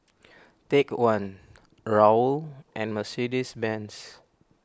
Take one Raoul and Mercedes Benz